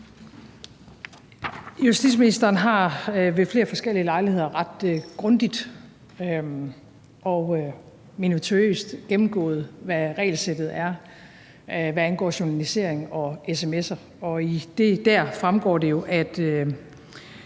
Justitsministeren har ved flere forskellige lejligheder ret grundigt og minutiøst gennemgået, hvad regelsættet er, hvad angår journalisering og sms'er. Og dér fremgår det jo, at